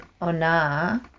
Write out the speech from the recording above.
Ona